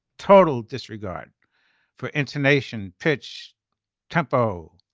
total disregard for intonation pitch tempo.